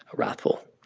wrathful.